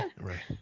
Right